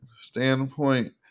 standpoint